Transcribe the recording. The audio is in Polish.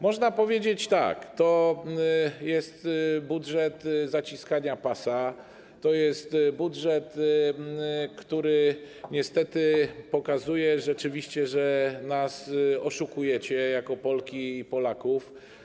Można powiedzieć tak: to jest budżet zaciskania pasa, to jest budżet, który niestety rzeczywiście pokazuje, że nas oszukujecie jako Polki i Polaków.